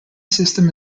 system